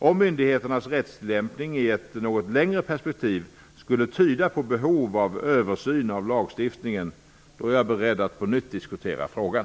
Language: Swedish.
Om myndigheternas rättstillämpning i ett något längre perspektiv skulle tyda på behov av översyn av lagstiftningen, är jag beredd att på nytt diskutera frågan.